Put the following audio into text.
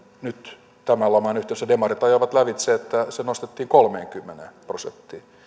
nyt tämän laman yhteydessä demarit ajoivat lävitse että se nostettiin kolmeenkymmeneen prosenttiin